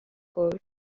court